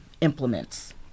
implements